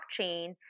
blockchain